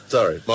Sorry